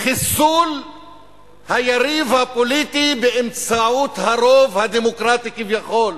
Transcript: חיסול היריב הפוליטי באמצעות הרוב הדמוקרטי כביכול.